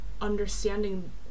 understanding